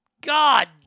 God